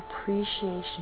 appreciation